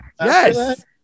Yes